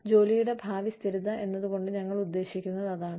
ജോലിയുടെ ഭാവി സ്ഥിരത എന്നതുകൊണ്ട് ഞങ്ങൾ ഉദ്ദേശിക്കുന്നത് അതാണ്